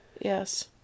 Yes